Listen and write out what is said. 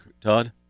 Todd